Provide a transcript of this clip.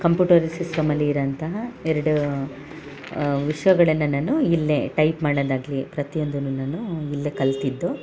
ಕಂಪುಟರ ಸಿಸ್ಟಮಲ್ಲಿ ಇರೋಂತಹ ಎರಡು ವಿಷಯಗಳನ್ನ ನಾನು ಇಲ್ಲೇ ಟೈಪ್ ಮಾಡೋದಾಗ್ಲಿ ಪ್ರತಿಯೊಂದೂ ನಾನು ಇಲ್ಲೇ ಕಲಿತಿದ್ದು